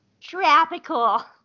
Tropical